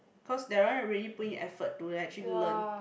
cause that one really put in effort to like actually learn